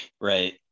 right